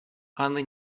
анны